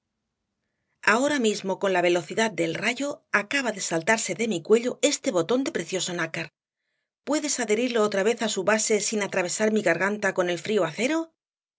ahora mismo con la velocidad del rayo acaba de saltarse de mi cuello este botón de precioso nácar puedes adherirlo otra vez á su base sin atravesar mi garganta con el frío acero